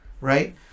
right